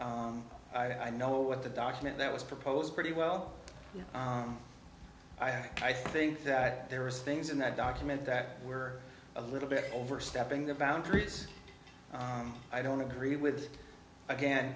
within i know what the document that was proposed pretty well i think that there were things in that document that were a little bit overstepping the boundaries i don't agree with again